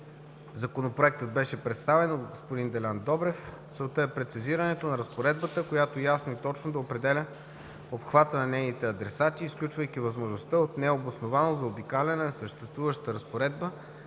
Законопроектът беше представен от господин Делян Добрев. Целта е прецизирането на разпоредбата, която ясно и точно да определя обхвата на нейните адресати, изключвайки възможността от необосновано заобикаляне на съществуващата разпоредба,